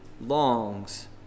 longs